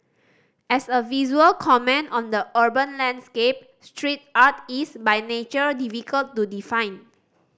as a visual comment on the urban landscape street art is by nature difficult to define